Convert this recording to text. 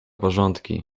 porządki